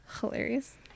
hilarious